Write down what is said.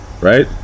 right